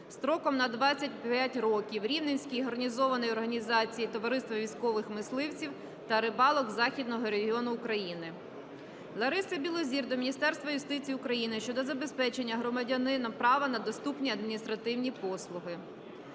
строком на 25 років Рівненській гарнізонній організації Товариства військових мисливців та рибалок Західного регіону України. Лариси Білозір до Міністерства юстиції України щодо забезпечення громадянам права на доступні адміністративні послуги.